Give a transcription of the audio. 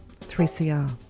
3CR